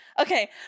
okay